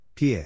PA